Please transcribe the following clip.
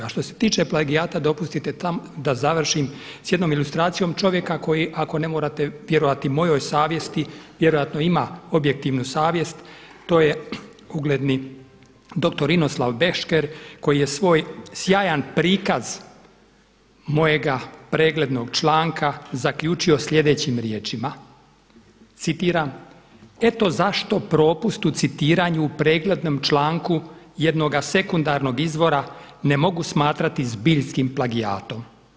A što se tiče plagijata, dopustite da završim s jednom ilustracijom čovjeka koji ako ne morate vjerovati mojoj savjesti, vjerojatno ima objektivnu savjest, to je ugledni dr. Ninoslav Bešker koji je svoj sjajan prikaz mojega preglednog članka zaključio sljedećim riječima, citiram: „Eto zašto propust u citiranju u preglednom članku jednoga sekundarnog izvora ne mogu smatrati zbiljskim plagijatom.